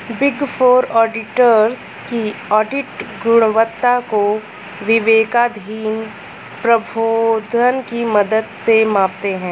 big four auditors की audit गुणवत्ता को विवेकाधीन प्रोद्भवन की मदद से मापते हैं